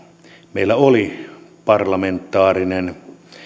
meillä oli parlamentaarinen